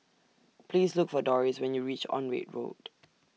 Please Look For Dorris when YOU REACH Onraet Road